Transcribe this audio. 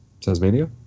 Tasmania